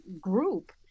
group